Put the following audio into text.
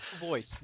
Voice